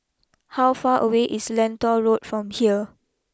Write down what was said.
how far away is Lentor Road from here